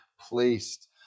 placed